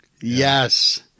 Yes